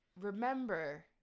remember